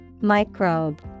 Microbe